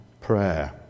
prayer